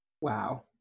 Wow